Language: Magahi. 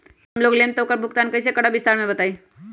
गैस जब हम लोग लेम त उकर भुगतान कइसे करम विस्तार मे बताई?